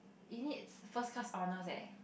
it needs first class honours leh